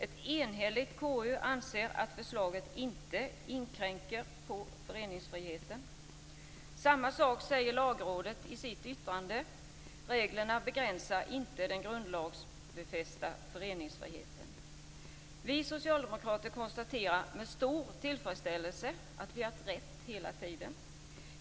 Ett enhälligt KU anser att förslaget inte inskränker på föreningsfriheten. Samma sak säger Lagrådet i sitt yttrande, dvs. att reglerna inte begränsar den grundlagsfästa föreningsfriheten. Vi socialdemokrater konstaterar med stor tillfredsställelse att vi hela tiden har haft rätt.